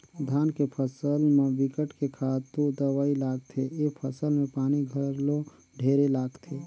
धान के फसल म बिकट के खातू दवई लागथे, ए फसल में पानी घलो ढेरे लागथे